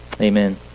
Amen